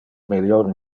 melior